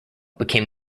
became